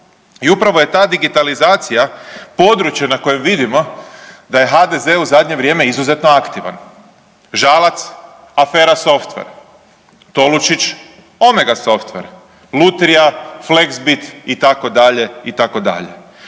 I upravo je ta digitalizacija područje na kojem vidimo da je HDZ u zadnje vrijeme izuzetno aktivan, Žalac afera Softver, Tolušić Omega Software, Lutrija, Flexbits itd., itd.